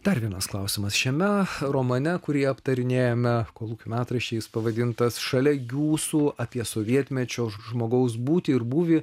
dar vienas klausimas šiame romane kurį aptarinėjome kolūkių metraščiais pavadintas šalia jūsų apie sovietmečio žmogaus būtį ir būvį